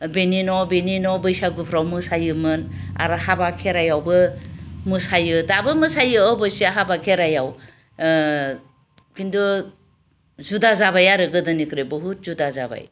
बेनि न' बेनि न' बैसागुफ्राव मोसायोमोन आरो हाबा खेराइआवबो मोसायो दाबो मोसायो अबस्से हाबा खेराइआव खिन्थु जुदा जाबाय आरो गोदोनिफ्राय बुहुद जुदा जाबाय